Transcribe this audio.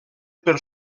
per